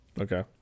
Okay